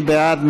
מי בעד?